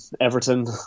Everton